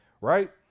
Right